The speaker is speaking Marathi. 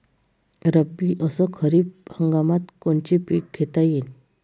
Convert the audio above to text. रब्बी अस खरीप हंगामात कोनचे पिकं घेता येईन?